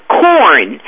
corn